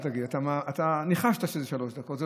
אתה ניחשת שזה שלוש דקות,